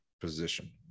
position